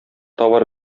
товар